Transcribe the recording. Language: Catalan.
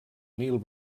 nil